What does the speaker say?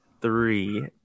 three